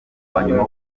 wanyuma